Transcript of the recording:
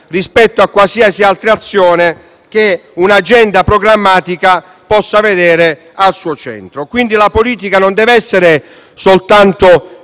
rispetto a qualsiasi altra azione che un'agenda programmatica possa porre al suo centro. La politica non deve quindi essere soltanto